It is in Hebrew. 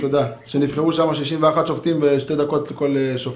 שנבחרו שם 61 שופטים בשתי דקות לכל שופט,